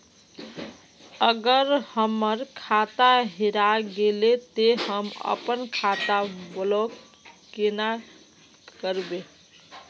अगर हमर खाता हेरा गेले ते हम अपन खाता ब्लॉक केना करबे?